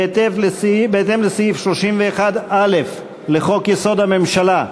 בהתאם לסעיף 31(א) לחוק-יסוד: הממשלה,